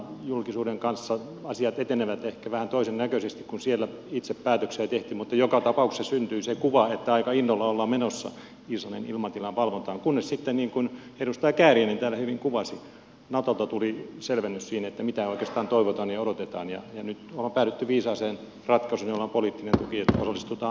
julkisuuden kanssa asiat etenevät ehkä vähän toisen näköisesti kuin siellä itse päätöksiä tehtiin mutta joka tapauksessa syntyi se kuva että aika innolla ollaan menossa islannin ilmatilan valvontaan kunnes sitten niin kuin edustaja kääriäinen täällä hyvin kuvasi natolta tuli selvennys siihen mitä oikeastaan toivotaan ja odotetaan ja nyt on päädytty viisaaseen ratkaisuun napoli pietro muistuttaa